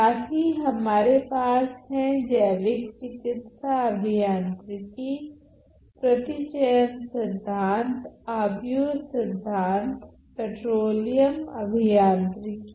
साथ ही हमारे पास हैं जैविक चिकित्सा अभियांत्रिकी प्रतिचयन सिद्धान्त आव्यूह सिद्धान्त पेट्रोलियम अभियांत्रिकी